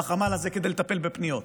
בחמ"ל הזה, כדי לטפל בפניות,